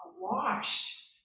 Washed